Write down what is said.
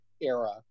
era